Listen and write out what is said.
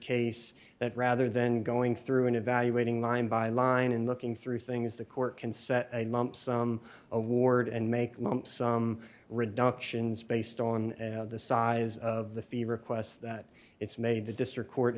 case that rather than going through an evaluating line by line in looking through things the court can set a lump sum award and make some reduction is based on the size of the fee requests that it's made to district court